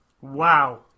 Wow